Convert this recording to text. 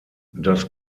das